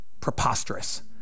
preposterous